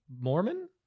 Mormon